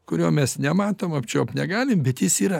kurio mes nematom apčiuopt negalim bet jis yra